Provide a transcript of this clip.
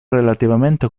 relativamente